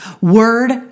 Word